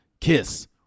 Kiss